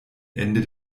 ende